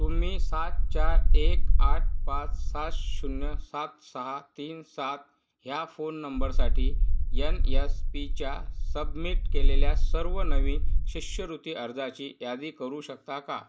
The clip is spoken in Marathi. तुम्ही सात चार एक आठ पाच सात शून्य सात सहा तीन सात ह्या फोन नंबरसाठी यन यस पीच्या सबमिट केलेल्या सर्व नवीन शिष्यवृत्ती अर्जाची यादी करू शकता का